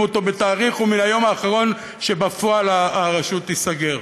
אותו בתאריך ומן היום האחרון שבפועל הרשות תיסגר.